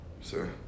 sir